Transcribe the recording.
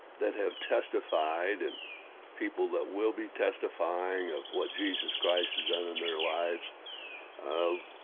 that have testified and people that will be testifying of what jesus christ is on in their lives um